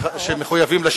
חבר הכנסת ברכה, זה משפט ארוך.